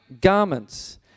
garments